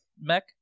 mech